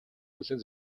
хүлээн